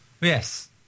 Yes